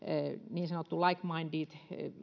niin sanottu like minded